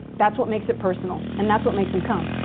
that's what makes it personal, and that's what makes them count.